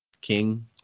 king